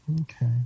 Okay